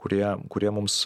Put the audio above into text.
kurie kurie mums